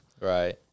Right